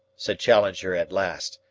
said challenger at last,